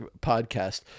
podcast